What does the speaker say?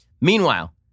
meanwhile